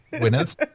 winners